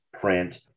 print